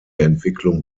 entwicklung